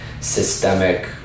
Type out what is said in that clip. systemic